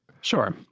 Sure